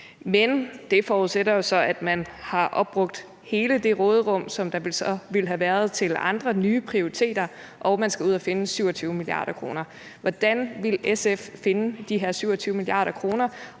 men det forudsætter jo så, at man har opbrugt hele det råderum, som der så ville have været til andre nye, prioriteter, og man skal ud at finde 27 mia. kr. Hvordan vil SF finde de her 27 mia. kr.?